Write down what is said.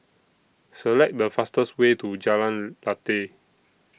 Select The fastest Way to Jalan Lateh